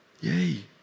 yay